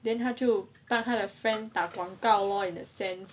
then 他就帮他的 friend 打广告 lor in a sense